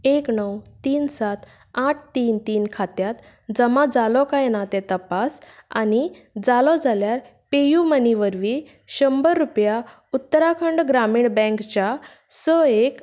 एक णव तीन सात आठ तीन तीन खात्यात जमा जालो काय ना तें तपास आनी जालो जाल्यार पे यू मनीवरवी शंबर रुपया उत्तराखंड ग्रामीण बँकच्या एकसश्ट